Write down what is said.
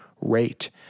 rate